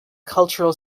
cultural